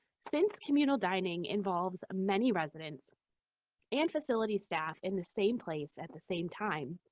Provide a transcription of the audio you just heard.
since communal dining involves many residents and facility staff in the same place at the same time,